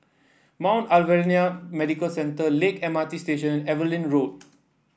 Mount Alvernia Medical Centre Lakeside M R T Station Evelyn Road